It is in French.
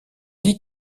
dit